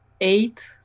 eight